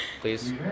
please